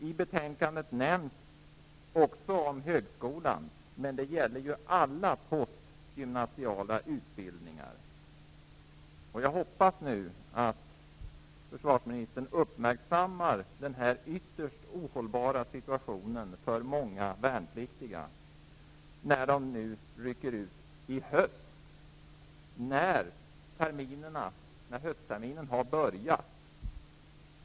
I betänkandet nämns högskolan, men detta gäller alla postgymnasiala utbildningar. Jag hoppas nu att försvarsministern uppmärksammar den här för många värnpliktiga ytterst ohållbara situationen. När de rycker ut i höst har höstterminen redan börjat.